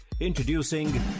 Introducing